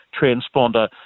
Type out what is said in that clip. Transponder